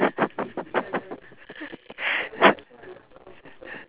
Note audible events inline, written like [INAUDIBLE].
[LAUGHS]